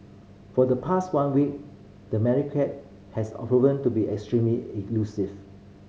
for the past one week the has proven to be extremely elusive